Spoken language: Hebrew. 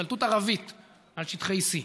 השתלטות ערבית על שטחי C,